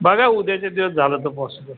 बघा उद्याच्या दिवस झालं तर पॉसिबल